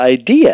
idea